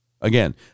Again